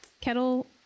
kettle